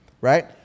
right